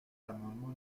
l’amendement